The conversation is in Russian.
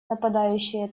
нападающие